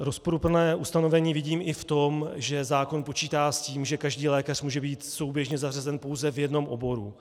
Rozporuplné ustanovení vidím i v tom, že zákon počítá s tím, že každý lékař může být souběžně zařazen pouze v jednom oboru.